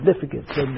significance